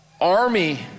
army